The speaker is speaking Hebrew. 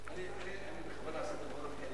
הרווחה והבריאות נתקבלה.